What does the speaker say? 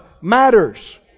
matters